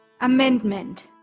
Amendment